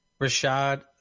Rashad